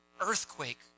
earthquake